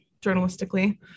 journalistically